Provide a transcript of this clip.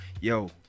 yo